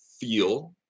feel